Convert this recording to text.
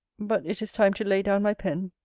but it is time to lay down my pen,